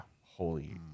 holy